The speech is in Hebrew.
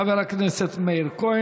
תודה לחבר הכנסת מאיר כהן.